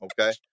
okay